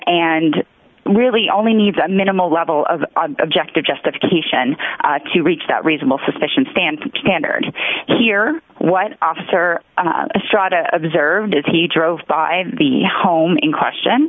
and really only needs a minimal level of objective justification to reach that reasonable suspicion stand cantered here what officer a straw to observed as he drove by the home in question